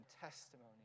testimony